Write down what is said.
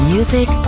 Music